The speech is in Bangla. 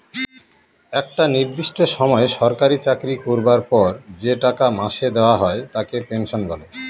একটা নির্দিষ্ট সময় সরকারি চাকরি করবার পর যে টাকা মাসে দেওয়া হয় তাকে পেনশন বলে